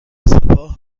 سپاه